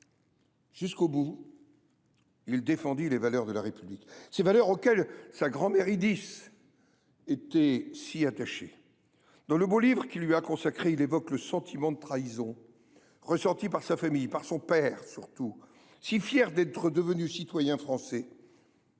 Jusqu’au bout, il défendit les valeurs de la République, ces valeurs auxquelles sa grand mère Idiss était si attachée. Dans le beau livre qu’il lui a consacré, il évoque le sentiment de trahison ressenti par sa famille, par son père surtout, si fier d’être devenu citoyen français,